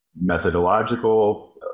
methodological